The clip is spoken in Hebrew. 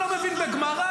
אני לא מבין בגמרא,